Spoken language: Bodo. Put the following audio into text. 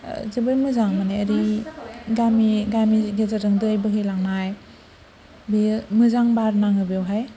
जोबोर मोजां माने गामि गामि गेजेरजों दै बोहैलांनाय बेयो मोजां बार नाङो बेवहाय